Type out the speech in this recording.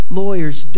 lawyers